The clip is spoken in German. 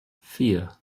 vier